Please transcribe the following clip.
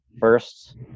first